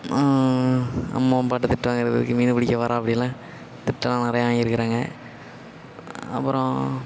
அம்மா அப்பாகிட்ட திட்டு வாங்குகிறது எதுக்கு மீன் பிடிக்க போகிற அப்படியெல்லாம் திட்டுலாம் நிறையா வாங்கிருக்கிறேங்க அப்பறம்